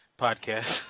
podcast